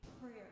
prayer